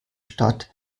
stadt